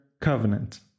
covenant